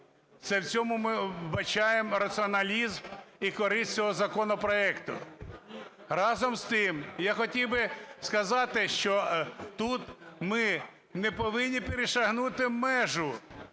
Це в цьому ми вбачаємо раціоналізм і користь цього законопроекту. Разом з тим, я хотів би сказати, що тут ми не повинні перешагнути межу